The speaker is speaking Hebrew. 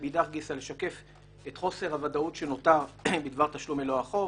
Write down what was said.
ומאידך גיסא לשקף את חוסר הוודאות שנותר בדבר תשלום מלוא החוב,